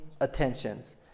attentions